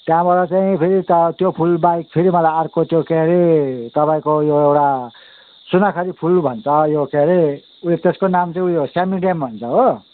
त्यहाँबाट चाहिँ फेरि उता त्यो फुलबाहेक फेरि मलाई अर्को त्यो के अरे तपाईँको यो एउटा सुनाखरी फुल भन्छ यो के अरे उयो त्यसको नाम चाहिँ उयो सिम्बेडियम भन्छ हो